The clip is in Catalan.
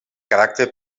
caràcter